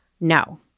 No